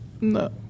No